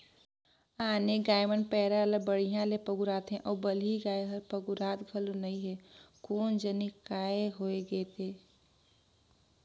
आने गाय मन पैरा ला बड़िहा ले पगुराथे अउ बलही गाय हर पगुरात घलो नई हे कोन जनिक काय होय गे ते